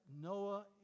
Noah